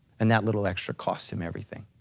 and that little extra cost him everything.